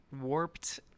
Warped